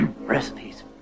recipes